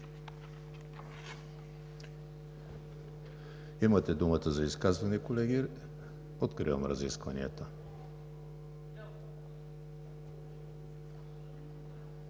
Имате думата за изказване, колеги. Откривам разискванията.